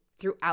throughout